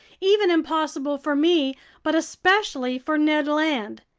even impossible for me but especially for ned land.